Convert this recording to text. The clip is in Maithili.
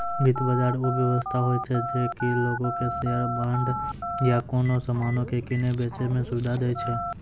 वित्त बजार उ व्यवस्था होय छै जे कि लोगो के शेयर, बांड या कोनो समानो के किनै बेचै मे सुविधा दै छै